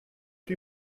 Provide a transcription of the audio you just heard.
die